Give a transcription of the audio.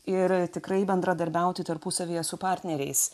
ir tikrai bendradarbiauti tarpusavyje su partneriais